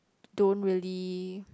don't really